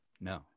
No